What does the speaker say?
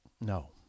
No